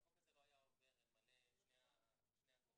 החוק הזה לא היה עובר אלמלא שני הגורמים